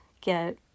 get